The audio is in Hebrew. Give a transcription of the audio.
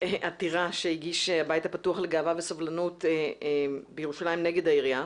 עתירה שהגיש הבית הפתוח לגאווה וסובלנות בירושלים נגד העירייה,